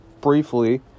briefly